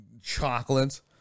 chocolates